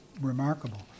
remarkable